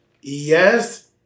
yes